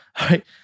right